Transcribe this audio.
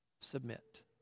submit